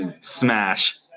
Smash